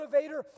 motivator